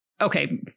Okay